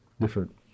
different